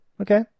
okay